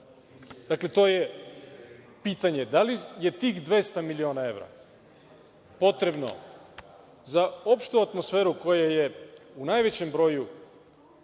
ovome. To je pitanje. Da li je tih 200 miliona evra potrebno za opštu atmosferu koja je u najvećem broju